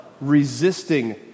resisting